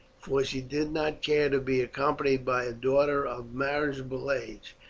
for she did not care to be accompanied by a daughter of marriageable age,